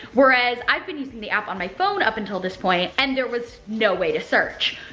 whereas i've been using the app on my phone up until this point and there was no way to search.